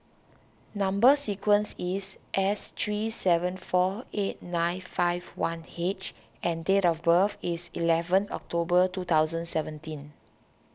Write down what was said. Number Sequence is S three seven four eight nine five one H and date of birth is eleven October two thousand seventeen